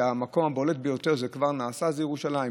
והמקום הבולט ביותר שזה כבר נעשה בו זה ירושלים.